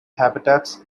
habitats